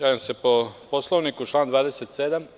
Javljam se po Poslovniku, član 27.